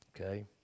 Okay